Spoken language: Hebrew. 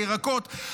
הירקות,